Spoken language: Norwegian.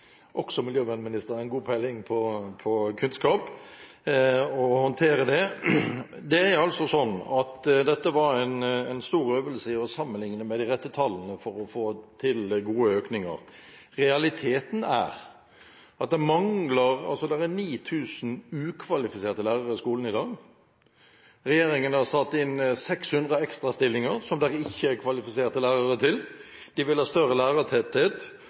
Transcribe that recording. også miljøvernministeren god peiling på kunnskap og på å håndtere det. Dette var en stor øvelse i å sammenlikne med de rette tallene for å få til gode økninger. Realiteten er at det er 9 000 ukvalifiserte lærere i skolen i dag. Regjeringen har satt inn 600 ekstrastillinger som det ikke er kvalifiserte lærere til. De vil ha større lærertetthet,